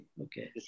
Okay